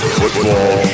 football